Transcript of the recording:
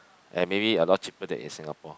and maybe a lot cheaper than in Singapore